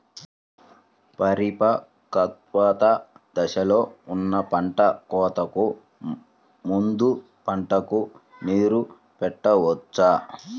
పరిపక్వత దశలో ఉన్న పంట కోతకు ముందు పంటకు నీరు పెట్టవచ్చా?